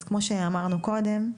אז כמו שאמרנו קודם,